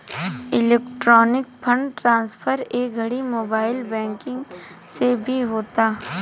electronic fund transfer ए घड़ी mobile banking से भी होता